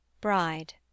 Bride